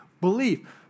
Belief